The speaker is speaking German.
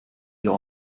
ihr